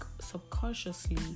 subconsciously